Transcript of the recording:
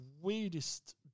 weirdest